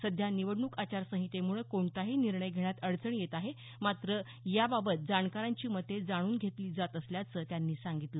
सध्या निवडणूक आचारसंहितेमुळं कोणताही निर्णय घेण्यात अडचण येत आहे मात्र याबाबत जाणकारांची मते जाणून घेतली जात असल्याचं त्यांनी सांगितलं